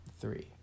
three